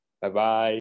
Bye-bye